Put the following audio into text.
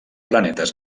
planetes